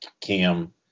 Cam